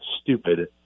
stupid